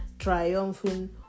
Triumphing